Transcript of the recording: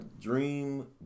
dream